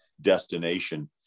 destination